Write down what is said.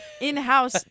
in-house